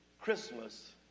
Christmas